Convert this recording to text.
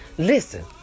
Listen